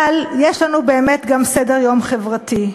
אבל יש לנו באמת גם סדר-יום חברתי.